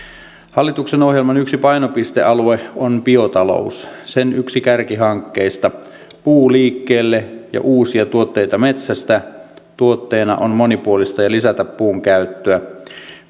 hallituksen ohjelman yksi painopistealue on biotalous sen yhden kärkihankkeista puu liikkeelle ja uusia tuotteita metsästä tavoitteena on monipuolistaa ja lisätä puun käyttöä